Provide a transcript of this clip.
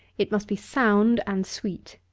it must be sound and sweet.